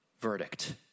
verdict